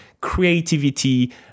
creativity